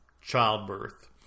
childbirth